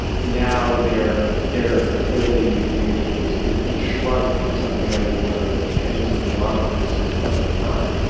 and now their their ability to communicate has shrunk to something in the order of tens of kilometres much of the time.